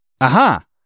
aha